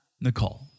Nicole